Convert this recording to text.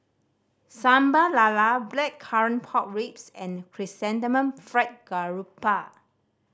Sambal Lala Blackcurrant Pork Ribs and Chrysanthemum Fried Garoupa